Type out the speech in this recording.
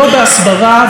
לא בהסברה,